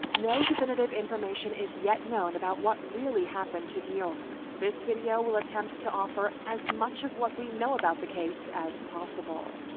no definitive information is yet known about what really happened to deorr. this video will attempt to offer as much of what we know about the case as possible.